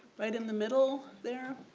right in the middle there.